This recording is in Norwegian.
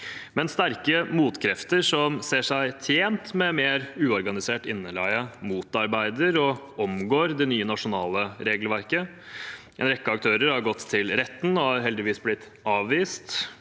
Sterke motkrefter som ser seg tjent med mer uorganisert innleie, motarbeider og omgår det nye nasjonale regelverket. En rekke aktører har gått til retten og har heldigvis blitt avvist.